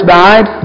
died